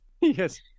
Yes